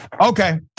Okay